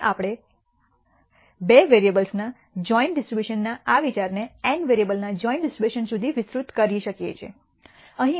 હવે આપણે બે વેરીએબ્લસના જોઈન્ટ ડિસ્ટ્રીબ્યુશન ના આ વિચારને n વેરીએબલના જોઈન્ટ ડિસ્ટ્રીબ્યુશન સુધી વિસ્તૃત કરી શકીએ છીએ